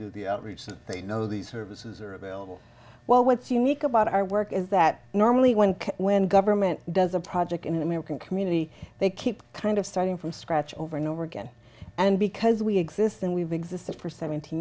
do the outreach and they know these services are available well what's unique about our work is that normally when when government does a project in an american community they keep kind of starting from scratch over and over again and because we exist and we've exhausted for seventeen